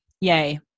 Yay